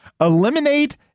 Eliminate